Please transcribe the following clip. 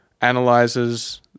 analyzes